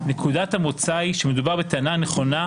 נקודת המוצא היא שמדובר בטענה נכונה,